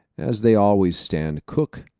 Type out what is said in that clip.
as they always stand cook,